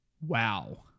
Wow